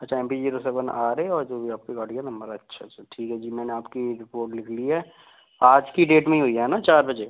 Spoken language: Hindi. अच्छा M P zero seven R A और जो भी आपकी गाड़ी का नंबर है अच्छा अच्छा ठीक है जी मैंने आपकी रिपोर्ट लिख ली है आज की डेट में ही हुई है ना चार बजे